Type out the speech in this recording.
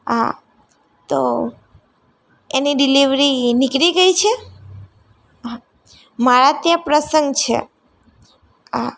હા તો એની ડિલેવરી નીકળી ગઈ છે હા મારા ત્યાં પ્રસંગ છે હા